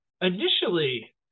initially